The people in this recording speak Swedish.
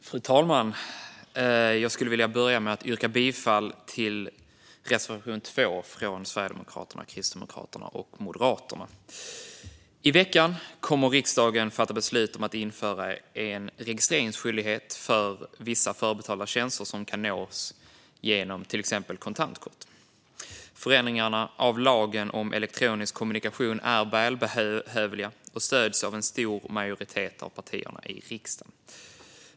Fru talman! Jag vill börja med att yrka bifall till reservation 2 från Sverigedemokraterna, Kristdemokraterna och Moderaterna. I veckan kommer riksdagen att fatta beslut om att införa registreringsskyldighet för vissa förbetalda tjänster som kan nås genom till exempel kontantkort. Förändringarna av lagen om elektronisk kommunikation är välbehövliga och stöds av en stor majoritet av riksdagens partier.